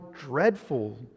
dreadful